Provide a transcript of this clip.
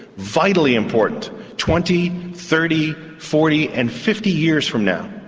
vitally important twenty, thirty, forty and fifty years from now,